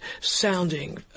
sounding